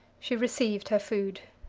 she received her food.